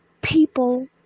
people